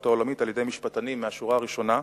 העולמית על-ידי משפטנים מהשורה הראשונה,